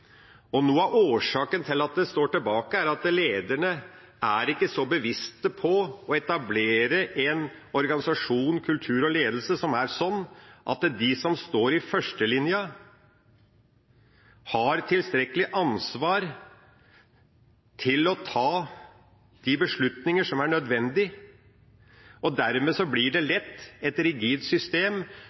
tilbake. Noe av årsaken til at mye står tilbake, er at lederne er ikke så bevisst på å etablere en organisasjon, en kultur og en ledelse som er sånn at de som står i førstelinja, har tilstrekkelig ansvar til å kunne ta de beslutninger som er nødvendig. Dermed blir det lett et rigid system,